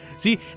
See